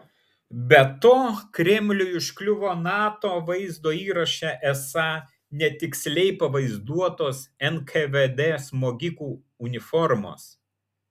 be to kremliui užkliuvo nato vaizdo įraše esą netiksliai pavaizduotos nkvd smogikų uniformos